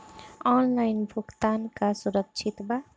Online भुगतान का सुरक्षित बा?